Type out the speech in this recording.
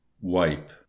wipe